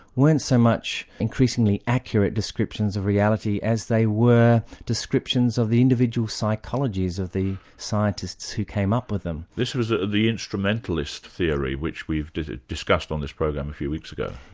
weren't so much increasingly accurate descriptions of reality as they were descriptions of the individual psychologies of the scientists who came up with them. this was ah the instrumentalist theory, which we've ah discussed on this program a few weeks ago.